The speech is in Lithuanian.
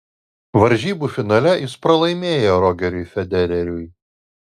varžybų finale jis pralaimėjo rogeriui federeriui